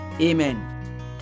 Amen